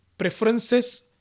Preferences